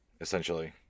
essentially